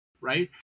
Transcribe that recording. right